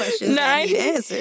Nine